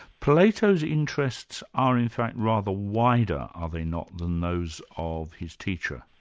plato's interests are in fact rather wider, are they not, than those of his teacher?